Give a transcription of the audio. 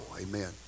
amen